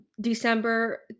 December